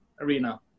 arena